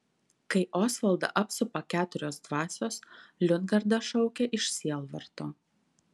kai osvaldą apsupa keturios dvasios liudgarda šaukia iš sielvarto